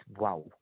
wow